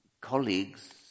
colleagues